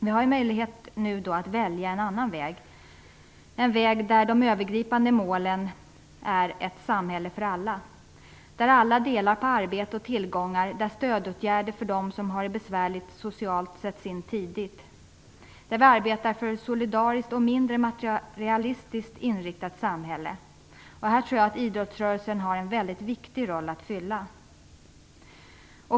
Nu har vi möjlighet att välja en annan väg som innebär att de övergripande målen är ett samhälle för alla där alla delar på arbete och tillgångar, där stödåtgärder tidigt sätts in för dem som har det besvärligt socialt och där vi arbetar för ett solidariskt och mindre materialistiskt inriktat samhälle. Här tror jag att idrottsrörelsen spelar en väldigt viktig roll.